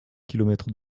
kilomètres